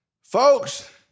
Folks